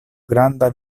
granda